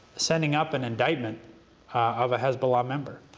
sending up an indictment of a hezbollah member.